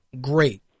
Great